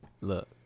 Look